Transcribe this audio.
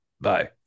Bye